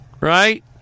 right